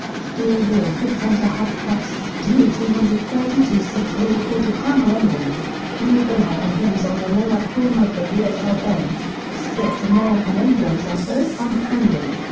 steel wheels with center hubcaps, dual two hundred and thirty two six rear quarter panel emblems, dual bulleye emblems on the lower corner of the rear side vents, script american emblems on both front fenders,